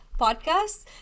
podcasts